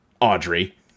Audrey